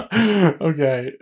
Okay